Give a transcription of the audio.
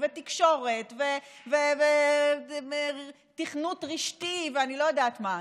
ותקשורת ותכנות רשתי ואני לא יודעת מה,